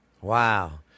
Wow